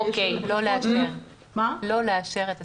לא לאשר את הסעיף.